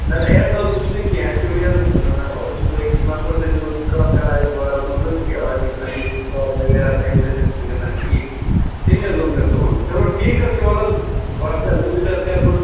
نہ حط اٮ۪ڈ نہٕ حظ وُچھ نہٕ کیٚنہہ اٮ۪کچٕوٕلی حظ اوسُس بہٕ أکِس نفرَس سۭتۍ اوسُس بہٕ کَتھ کران أتھۍ بارَس منٛز کہ آز چھِ گژھان یہِ کھآد وغیرہ تہٕ أمۍ سۭتۍ چھِنہٕ گژھان ٹھیٖک کیٚنہہ تٔمۍ حظ وون مےٚ تُہُنٛد چلو ٹھیٖک حظ چھِ وَلہٕ حظ بہٕ حظ کَرٕ ہُتیٚتھ حظ کَرٕ بہٕ